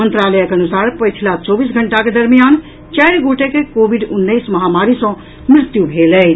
मंत्रालयक अनुसार पछिला चौबीस घंटाक दरमियान चारि गोटे के कोविड उन्नैस महामारी सँ मृत्यू भेल अछि